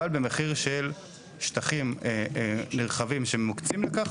אבל במחיר של שטחים נרחבים שמוקצים לכך.